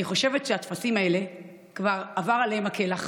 אני חושבת שהטפסים האלה, כבר אבד עליהם הכלח,